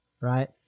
Right